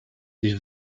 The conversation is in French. des